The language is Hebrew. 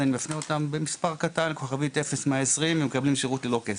אני מפנה אותם לכוכבית 0120 והם מקבלים שירות ללא כסף.